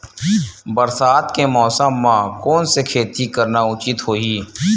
बरसात के मौसम म कोन से खेती करना उचित होही?